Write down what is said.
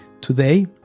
Today